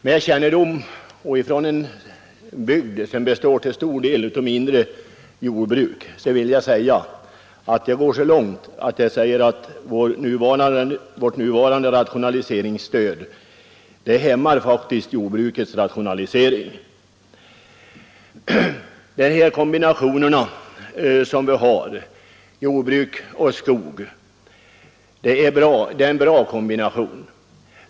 Jag kommer från en bygd som till stor del består av mindre jordbruk, och jag går så långt att jag säger att våra nuvarande rationaliseringsbestämmelser i många fall hämmar jordbrukets rationalisering. Jordbruk och skog är en bra kombination.